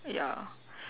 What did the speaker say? ya